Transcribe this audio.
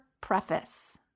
preface